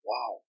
Wow